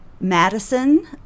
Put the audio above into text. Madison